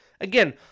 again